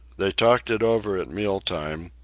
they talked it over at meal-time,